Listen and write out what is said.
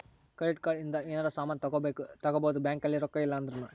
credit card ಇಂದ ಯೆನರ ಸಾಮನ್ ತಗೊಬೊದು ಬ್ಯಾಂಕ್ ಅಲ್ಲಿ ರೊಕ್ಕ ಇಲ್ಲ ಅಂದೃನು